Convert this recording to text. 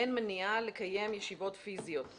אין מניעה לקיים ישיבות פיזיות.